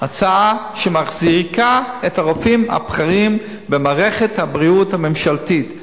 הצעה שמחזיקה את הרופאים הבכירים במערכת הבריאות הממשלתית,